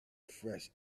fresh